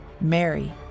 Mary